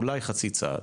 אולי חצי צעד,